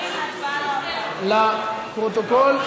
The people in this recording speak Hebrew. לפרוטוקול.